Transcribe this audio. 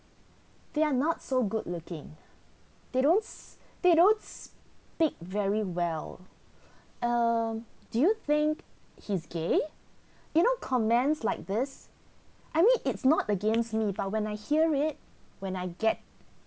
they are not so good looking they don't they don't speak very well err do you think he's gay you know comments like this I mean it's not against me but when I hear it when I get